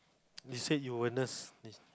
you said you were nurse